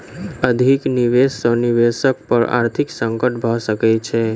अधिक निवेश सॅ निवेशक पर आर्थिक संकट भ सकैत छै